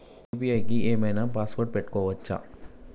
UPI కి ఏం ఐనా పాస్వర్డ్ పెట్టుకోవచ్చా?